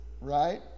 right